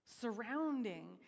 surrounding